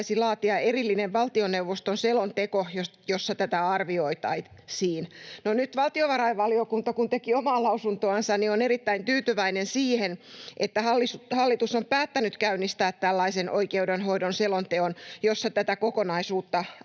laatia erillinen valtioneuvoston selonteko, jossa tätä arvioitaisiin. No nyt valtiovarainvaliokunta, kun teki omaa mietintöänsä, oli erittäin tyytyväinen siihen, että hallitus on päättänyt käynnistää tällaisen oikeudenhoidon selonteon, jossa tätä kokonaisuutta